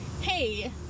hey